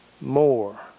more